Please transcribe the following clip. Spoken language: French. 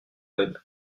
web